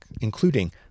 including